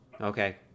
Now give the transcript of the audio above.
okay